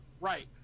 right